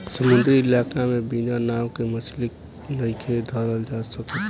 समुंद्री इलाका में बिना नाव के मछली नइखे धरल जा सकत